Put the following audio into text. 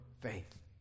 faith